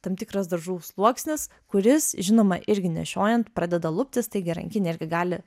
tam tikras dažų sluoksnis kuris žinoma irgi nešiojant pradeda luptis taigi rankinė irgi gali